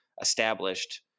established